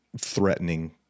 threatening